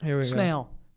snail